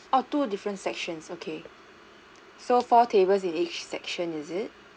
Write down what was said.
oh two different sections okay so four tables in each section is it